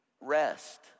rest